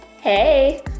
Hey